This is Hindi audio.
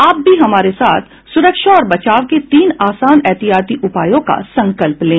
आप भी हमारे साथ सुरक्षा और बचाव के तीन आसान एहतियाती उपायों का संकल्प लें